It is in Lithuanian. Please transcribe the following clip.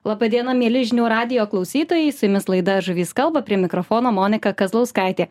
laba diena mieli žinių radijo klausytojai su jumis laida žuvys kalba prie mikrofono monika kazlauskaitė